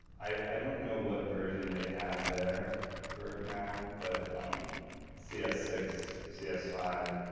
i don't know what version they have there for now, but c s six, c s five,